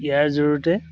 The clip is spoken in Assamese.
ইয়াৰ জৰিয়তে